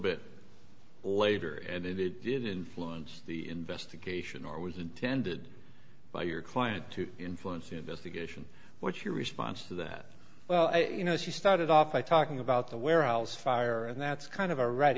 bit later and it did influence the investigation or was intended by your client to influence the investigation what's your response to that well you know as you started off by talking about the warehouse fire and that's kind of a red